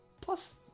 plus